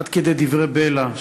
עד כדי דברי בלע,